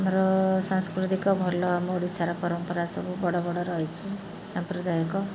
ଆମର ସାଂସ୍କୃତିକ ଭଲ ଆମ ଓଡ଼ିଶାର ପରମ୍ପରା ସବୁ ବଡ଼ ବଡ଼ ରହିଛି ସାମ୍ପ୍ରଦାୟକ